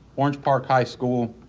orange park high school,